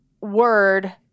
word